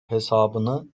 hesabını